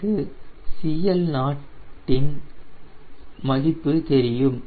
எனக்கு CL0 இன் மதிப்பு தெரியும்